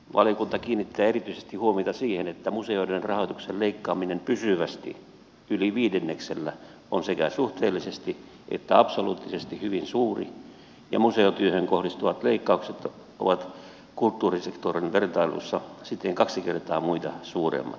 valiokunta kiinnittää erityisesti huomiota siihen että museoiden rahoituksen leikkaaminen pysyvästi yli viidenneksellä on sekä suhteellisesti että absoluuttisesti hyvin suuri ja museotyöhön kohdistuvat leikkaukset ovat kulttuurisektorin vertailussa siten kaksi kertaa muita suuremmat